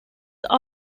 are